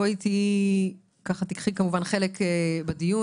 בואי תיקחי כמובן חלק בדיון,